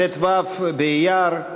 ט"ו באייר,